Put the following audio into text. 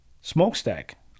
smokestack